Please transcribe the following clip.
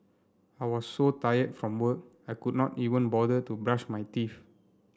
I was so tired from work I could not even bother to brush my teeth